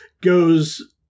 goes